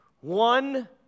One